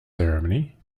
ceremony